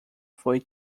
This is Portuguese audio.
foi